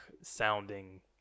sounding